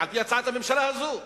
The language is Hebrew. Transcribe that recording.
על-פי הצעת הממשלה הזו,